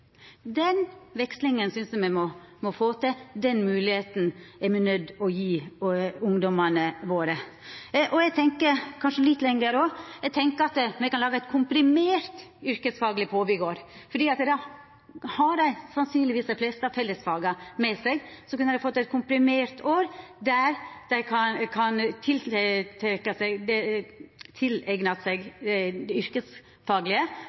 Den vekslinga synest eg me må få til, den moglegheita er me nøydde å gje ungdomane våre. Eg tenkjer kanskje litt lenger òg; eg tenkjer at me kan laga eit komprimert yrkesfagleg påbyggår, for då har ein sannsynlegvis dei fleste av fellesfaga med seg. Då kunne ein fått eit komprimert år der ein kan tileigna seg det